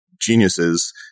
geniuses